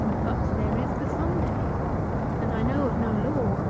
but there is the sunday and i know of no law,